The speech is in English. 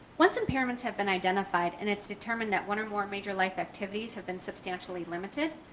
once impairments have been identified, and it's determined that one or more major life activities have been substantially limited,